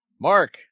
Mark